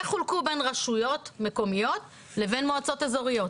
איך חולקו בין רשויות מקומיות לבין מועצות איזוריות.